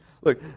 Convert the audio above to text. look